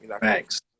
Thanks